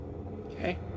Okay